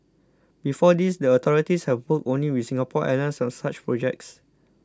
before this the authorities have worked only with Singapore Airlines on such projects